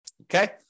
Okay